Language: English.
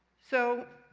so,